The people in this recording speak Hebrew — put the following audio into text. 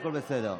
הכול בסדר.